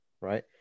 Right